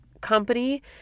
company